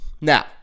Now